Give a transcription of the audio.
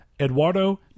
Eduardo